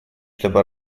чтобы